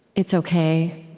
it's ok.